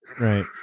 Right